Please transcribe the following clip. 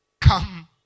come